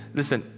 listen